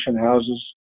houses